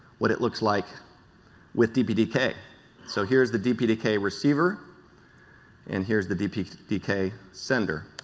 what it looks like with dpdk so here is the dpdk receiver and here is the dpdk center.